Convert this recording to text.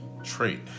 trait